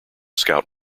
scout